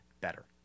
better